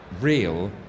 real